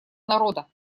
народа